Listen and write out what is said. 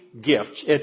gifts